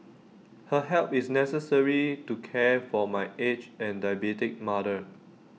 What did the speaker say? her help is necessary to care for my aged and diabetic mother